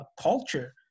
culture